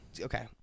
Okay